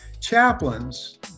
chaplains